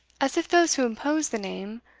as if those who imposed the name,